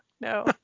No